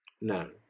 no